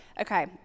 Okay